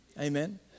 Amen